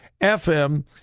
FM